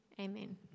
Amen